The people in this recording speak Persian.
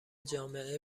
جامعه